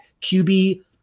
QB